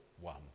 one